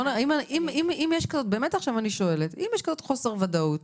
אם יש כזאת חוסר ודאות,